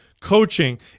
coaching